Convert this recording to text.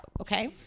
okay